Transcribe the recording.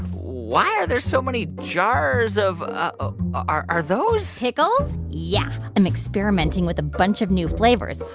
why are there so many jars of ah are are those. pickles? yeah. i'm experimenting with a bunch of new flavors.